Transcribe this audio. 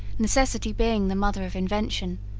necessity being the mother of invention,